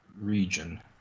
region